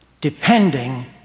depending